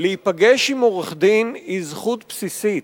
להיפגש עם עורך-דין היא זכות בסיסית.